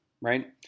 right